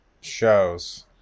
shows